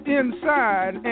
inside